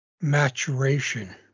maturation